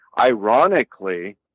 ironically